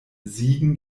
siegen